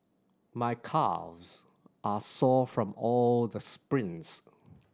my calves are sore from all the sprints